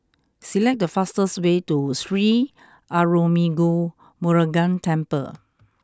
select the fastest way to Sri Arulmigu Murugan Temple